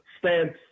stance